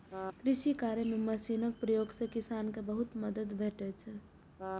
कृषि कार्य मे मशीनक प्रयोग सं किसान कें बहुत मदति भेटै छै